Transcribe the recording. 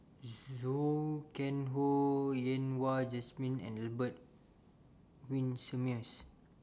Zhou Can Ho Yen Wah Jesmine and Albert Winsemius